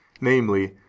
namely